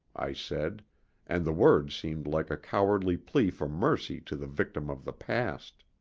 i said and the words seemed like a cowardly plea for mercy to the victim of the past.